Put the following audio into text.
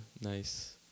nice